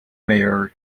mayor